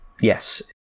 Yes